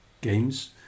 games